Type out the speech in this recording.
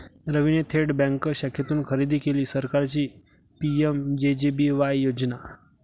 रवीने थेट बँक शाखेतून खरेदी केली सरकारची पी.एम.जे.जे.बी.वाय योजना